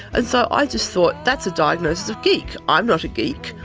and so i just thought that's a diagnosis of geek. i'm not a geek,